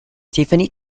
tiffany